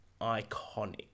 iconic